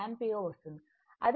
అదే విధంగా V1 I Z1